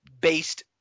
based